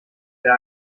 der